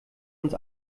uns